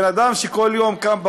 בן-אדם שכל יום קם בבוקר,